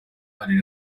hari